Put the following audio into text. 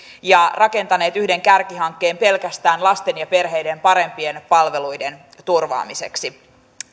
ja rakentaneet yhden kärkihankkeen pelkästään lasten ja perheiden parempien palveluiden turvaamiseksi